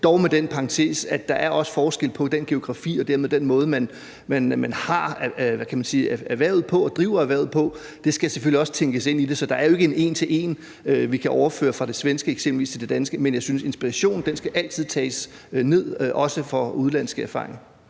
dog med den parentes, at der er forskel på geografien og dermed den måde, man har erhvervet på og driver erhvervet på. Det skal selvfølgelig også tænkes ind i det. Så man kan jo ikke overføre det en til en fra eksempelvis det svenske til det danske, men jeg synes, at inspirationen altid skal tages ned, også fra udenlandske erfaringer.